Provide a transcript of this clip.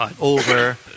over